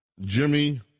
Jimmy